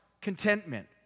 contentment